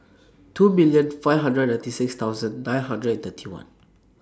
two million five hundred ninety six thousand nine hundred and thirty one